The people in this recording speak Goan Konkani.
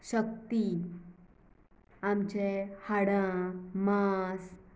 शक्ती आमचे हाडां मांस